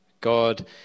God